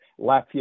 Latvia